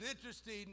interesting